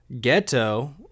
Ghetto